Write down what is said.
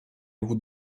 vous